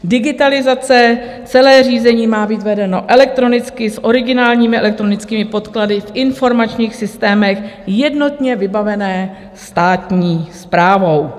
Digitalizace: celé řízení má být vedeno elektronicky, s originálními elektronickými podklady v informačních systémech, jednotně vybavené státní správou.